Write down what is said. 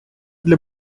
для